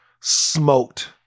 Smoked